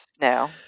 No